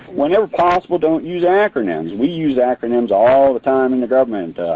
whenever possible, don't use acronyms. we use acronyms all the time in the government.